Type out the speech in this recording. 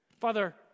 Father